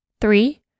Three